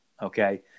Okay